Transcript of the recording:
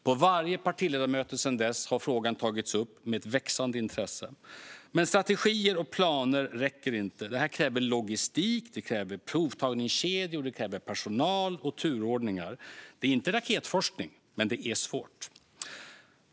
På varje partiledarmöte sedan dess har frågan tagits upp, med ett växande intresse. Strategier och planer räcker inte. Detta kräver logistik, provtagningskedjor, personal och turordningar. Det är inte raketforskning, men det är svårt.